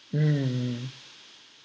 mm